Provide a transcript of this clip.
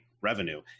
revenue